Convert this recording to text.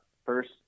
First